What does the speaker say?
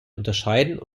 unterscheiden